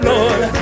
Lord